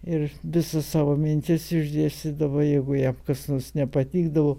ir visas savo mintis išdėstydavo jeigu jam kas nors nepatikdavo